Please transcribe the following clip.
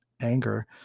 anger